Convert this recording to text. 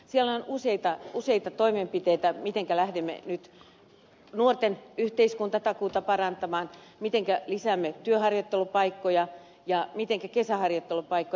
siellä on useita toimenpiteitä mitenkä lähdemme nyt nuorten yhteiskuntatakuuta parantamaan mitenkä lisäämme työharjoittelupaikkoja ja mitenkä kesähar joittelupaikkoja